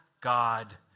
God